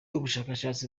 ubushakashatsi